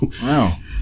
wow